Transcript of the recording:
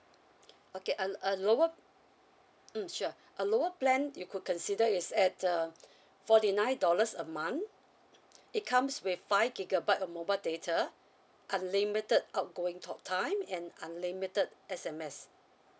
okay a a lower mm sure a lower plan you could consider is at uh forty nine dollars a month it comes with five gigabyte of mobile data unlimited outgoing talk time and unlimited S_M_S